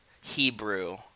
Hebrew